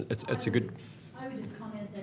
it's it's a good i would just comment